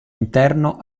interno